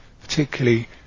particularly